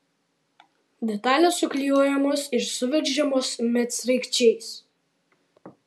detalės suklijuojamos ir suveržiamos medsraigčiais